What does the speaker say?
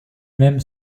même